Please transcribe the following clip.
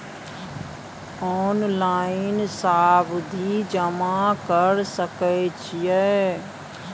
Online सावधि जमा कर सके छिये?